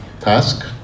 task